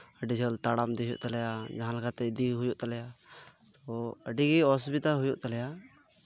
ᱟᱹᱰᱤ ᱡᱷᱟᱹᱞ ᱛᱟᱲᱟᱢ ᱤᱫᱤ ᱦᱩᱭᱩᱜ ᱛᱟᱞᱮᱭᱟ ᱡᱟᱸᱦᱟ ᱞᱮᱠᱟᱛᱮ ᱤᱫᱤᱭᱮ ᱦᱩᱭᱩᱜ ᱛᱟᱞᱮᱭᱟ ᱛᱳ ᱟᱹᱰᱤ ᱜᱮ ᱚᱥᱩᱵᱤᱫᱷᱟ ᱦᱩᱭᱩᱜ ᱛᱟᱞᱮᱭᱟ